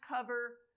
cover